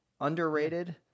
Underrated